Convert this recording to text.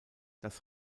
das